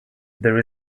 there